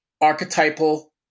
archetypal